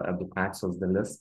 edukacijos dalis